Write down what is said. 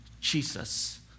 Jesus